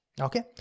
okay